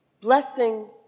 Blessing